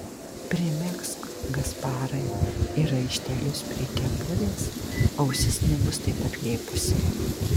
primegzk gasparai ir raištelius prie kepurės ausis nebus taip atlėpusi